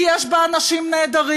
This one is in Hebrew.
כי יש בה אנשים נהדרים,